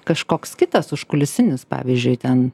kažkoks kitas užkulisinis pavyzdžiui ten